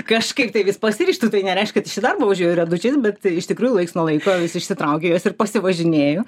kažkaip tai vis pasiryžtu tai nereiškia kad aš į darbą važiuoju riedučiais bet iš tikrųjų laiks nuo laiko vis išsitraukiu juos ir pasivažinėju